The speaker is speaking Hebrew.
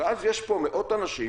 ואז יש פה מאות אנשים